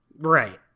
Right